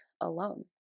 alone